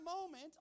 moment